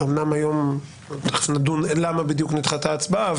תכף נדון למה בדיוק נדחתה ההצבעה,